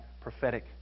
prophetic